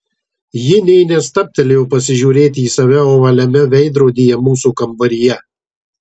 ji nė nestabtelėjo pasižiūrėti į save ovaliame veidrodėlyje mūsų kambaryje